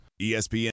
ESPN